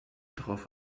drauf